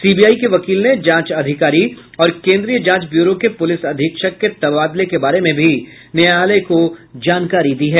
CBI के वकील ने जांच अधिकारी और केन्द्रीय जांच ब्यूरो के पुलिस अधीक्षक के तबादले के बारे में भी न्यायालय को जानकारी दी है